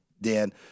Dan